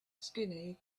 skinny